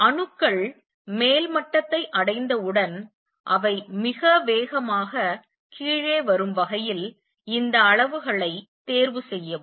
அணுக்கள் மேல் மட்டத்தை அடைந்தவுடன் அவை மிக வேகமாக கீழே வரும் வகையில் இந்த அளவுகளைத் தேர்வு செய்யவும்